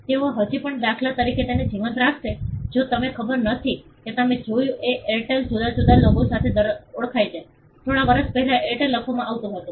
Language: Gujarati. તેઓ હજી પણ દાખલા તરીકે તેને જીવંત રાખશે જો મને ખબર નથી કે તમે જોયું કે એરટેલ જુદા જુદા લોગો દ્વારા ઓળખાય છે થોડા વર્ષો પહેલા એરટેલ લખવામાં આવતું હતું